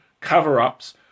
cover-ups